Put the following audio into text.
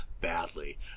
Badly